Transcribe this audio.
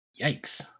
Yikes